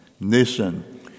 nation